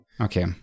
Okay